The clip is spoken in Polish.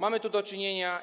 Mamy tu do czynienia,